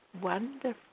wonderful